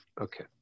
okay